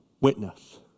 Witness